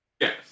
Yes